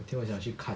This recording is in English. then 我想去看